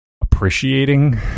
appreciating